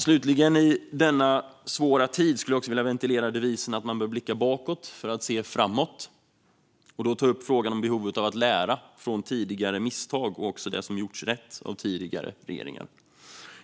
Slutligen i denna svåra tid skulle jag också vilja ventilera devisen att man bör blicka bakåt för att se framåt och då ta upp frågan om behovet av att lära av tidigare misstag och också det som gjorts rätt av tidigare regeringar.